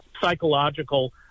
psychological